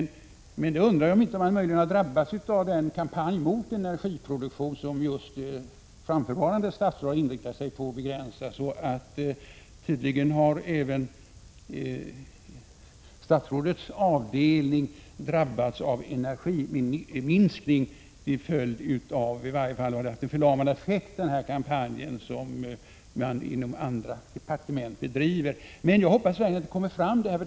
Men jag undrar om man inte möjligen har råkat ut för kampanjen mot energiproduktion. Det statsråd som sitter framför statsrådet Andersson har ju inriktat sig på att begränsa den. Tydligen har även statsrådet Anderssons avdelning drabbats av en energiminskning eller blivit föremål för en förlamande inverkan av den här kampanjen som andra departement bedriver. Jag hoppas verkligen att de här siffrorna kommer fram.